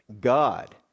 God